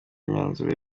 imyanzuro